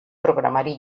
programari